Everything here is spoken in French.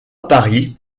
paris